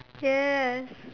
yes